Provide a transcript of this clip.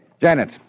Janet